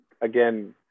again